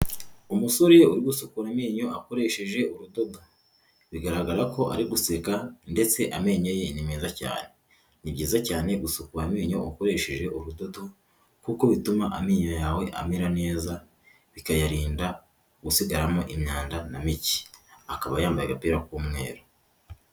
Umusore uri gusukura amenyo akoresheje urudodo, bigaragara ko ari guseka ndetse amenyo ye ni meza cyane. Ni byiza cyane gusukura amenyo ukoresheje urudodo kuko bituma amenyo yawe amera neza, bikayarinda gusigaramo imyanda na micye, akaba yambaye agapira k'umweru.